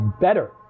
better